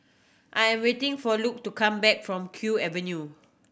I am waiting for Luke to come back from Kew Avenue